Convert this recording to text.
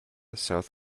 south